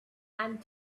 and